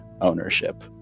ownership